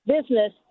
business